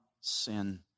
sin